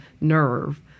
nerve